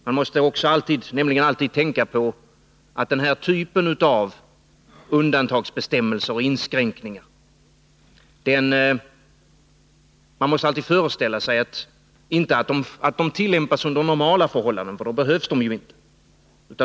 Man måste också alltid tänka på att denna typ av undantagsbestämmelser och inskränkningar inte tillämpas under normala förhållanden — då behövs de inte.